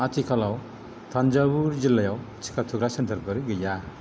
आथिखालाव थान्जावुर जिल्लायाव टिका थुग्रा सेन्टारफोर गैया